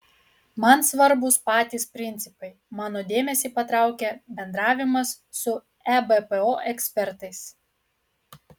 man svarbūs patys principai mano dėmesį patraukė bendravimas su ebpo ekspertais